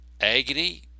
agony